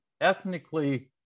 ethnically